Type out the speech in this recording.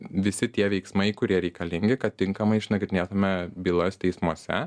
visi tie veiksmai kurie reikalingi kad tinkamai išnagrinėtumėme bylas teismuose